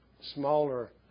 smaller